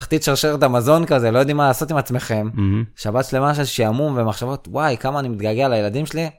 בתחתית שרשרת המזון כזה, לא יודעים מה לעשות עם עצמכם, שבת שלמה של שעמום ומחשבות, וואי, כמה אני מתגעגע לילדים שלי.